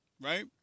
right